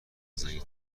زنگ